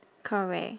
correct